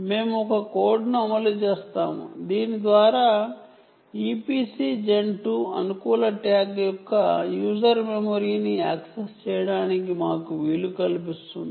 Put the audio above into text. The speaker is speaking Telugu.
మేము ఒక కోడ్ను అమలు చేస్తాము దీని ద్వారా EPC gen 2 అనుకూల ట్యాగ్ యొక్క యూజర్ మెమరీని యాక్సెస్ చేయడానికి మాకు వీలు కల్పిస్తుంది